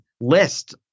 list